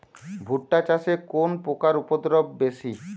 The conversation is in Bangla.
ভুট্টা চাষে কোন পোকার উপদ্রব বেশি?